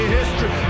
history